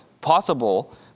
possible